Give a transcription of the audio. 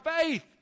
faith